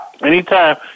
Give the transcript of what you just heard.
Anytime